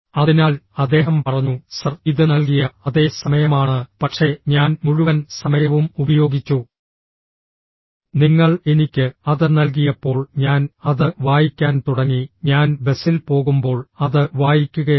അതിനാൽ അദ്ദേഹം പറഞ്ഞു സർ ഇത് നൽകിയ അതേ സമയമാണ് പക്ഷേ ഞാൻ മുഴുവൻ സമയവും ഉപയോഗിച്ചു നിങ്ങൾ എനിക്ക് അത് നൽകിയപ്പോൾ ഞാൻ അത് വായിക്കാൻ തുടങ്ങി ഞാൻ ബസിൽ പോകുമ്പോൾ അത് വായിക്കുകയായിരുന്നു